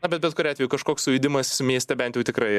na bet bet kuriuo atveju kažkoks sujudimas mieste bent jau tikrai